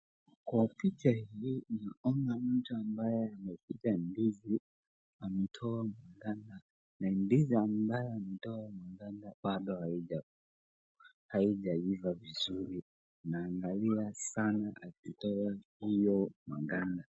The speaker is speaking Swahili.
Kwa picha hii naona mtu ambaye ameshika ndizi ametoa maganda na ndizi ambayo ametoa maganda bado haijaiva vizuri, naangalia akitoa hiyo maganda.